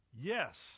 Yes